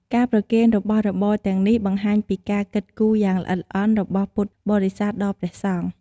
ការប្រគេនរបស់របរទាំងនេះបង្ហាញពីការគិតគូរយ៉ាងល្អិតល្អន់របស់ពុទ្ធបរិស័ទដល់ព្រះសង្ឃ។